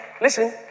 listen